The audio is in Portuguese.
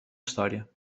história